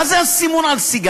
מה זה הסימון על סיגריות,